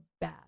bad